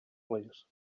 plîs